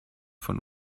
von